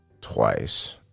twice